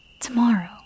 Tomorrow